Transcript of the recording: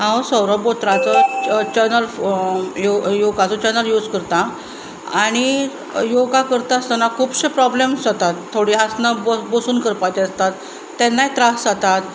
हांव सौरब बोत्राचो चॅनल योगाचो चॅनल यूज करतां आनी योगा करता आसतना खुबशे प्रोब्लेम्स जातात थोडीं आसनां बसून करपाचीं आसतात तेन्नाय त्रास जातात